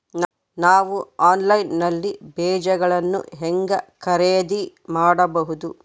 ನಾವು ಆನ್ಲೈನ್ ನಲ್ಲಿ ಬೇಜಗಳನ್ನು ಹೆಂಗ ಖರೇದಿ ಮಾಡಬಹುದು?